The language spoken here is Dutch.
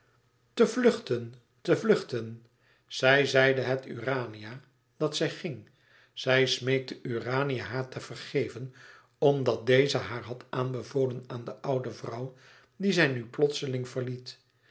te vluchten te vluchten zij zeide het urania dat zij ging zij smeekte urania haar te vergeven omdat deze haar had aanbevolen aan de oude vrouw die zij nu plotseling verliet